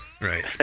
Right